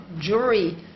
jury